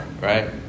right